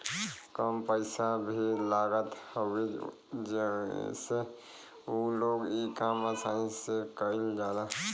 कम पइसा भी लागत हवे जसे उ लोग इ काम आसानी से कईल जाला